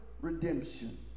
redemption